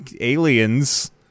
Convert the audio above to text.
aliens